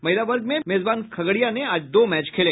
महिला वर्ग में मेजबान खगड़िया आज दो मैच खेले